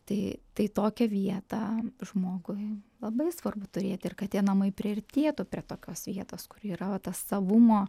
tai tai tokią vietą žmogui labai svarbu turėti ir kad tie namai priartėtų prie tokios vietos kur yra tas savumo